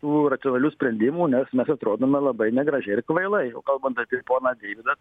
tų racionalių sprendimų nes mes atrodome labai negražiai ir kvailai o kalbant apie poną deividą tamulį